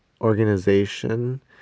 organization